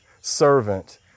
servant